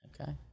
Okay